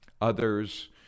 others